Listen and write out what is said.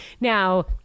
Now